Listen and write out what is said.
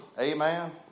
amen